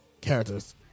characters